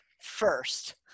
first